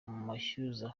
mashyuza